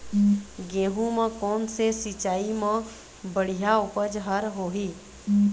गेहूं म कोन से सिचाई म बड़िया उपज हर होही?